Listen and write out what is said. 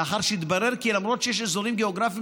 לאחר שהתברר כי למרות שיש אזורים גיאוגרפיים